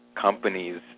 companies